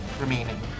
remaining